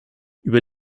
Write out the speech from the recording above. über